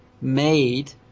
made